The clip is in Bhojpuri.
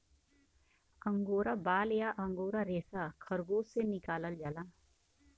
अंगोरा बाल या अंगोरा रेसा खरगोस से निकालल जाला